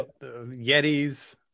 Yetis